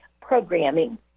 programming